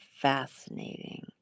fascinating